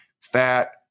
fat